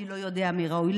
אני לא יודע מי ראוי.